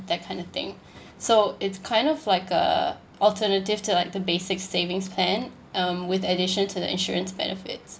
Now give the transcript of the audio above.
that kind of thing so it's kind of like a alternative to like the basics savings plan um with addition to the insurance benefits